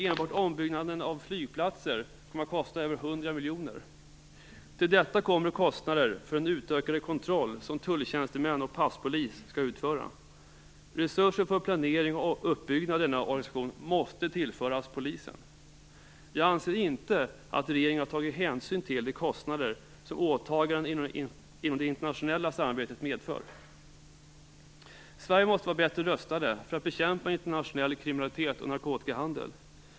Enbart ombyggnaden av flygplatser kommer att kosta över 100 miljoner kronor. Till detta kommer kostnader för den utökade kontroll som tulltjänstemän och passpolis skall utföra. Resurser för planering och uppbyggnad av denna organisation måste tillföras polisen. Jag anser inte att regeringen har tagit hänsyn till de kostnader som åtaganden inom det internationella samarbetet medför. Sverige måste vara bättre rustat för att bekämpa internationell kriminalitet och narkotikahandel.